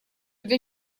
для